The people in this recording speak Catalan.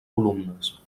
columnes